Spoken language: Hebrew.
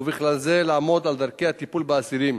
ובכלל זה לעמוד על דרכי הטיפול באסירים,